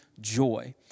joy